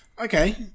Okay